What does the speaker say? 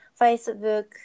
Facebook